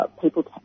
people